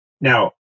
Now